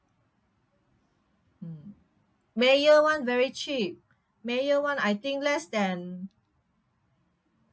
mm Mayer [one] very cheap Mayer [one] I think less than